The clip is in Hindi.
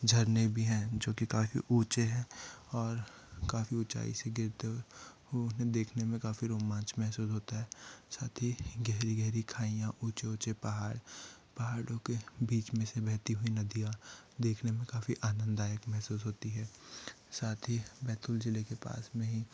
झरने भी हैं जो कि काफ़ी ऊंचे हैं और काफ़ी ऊंचाई से गिरते हुए वो उन्हें देखने में काफ़ी रोमांच महसूस होता है साथ ही गहरी गहरी खाइयाँ ऊंचे ऊंचे पहाड़ पहाड़ों के बीच में से बहती हुई नदियां देखने में काफ़ी आनंददायक महसूस होती है साथ ही बैतूल जिले के पास में ही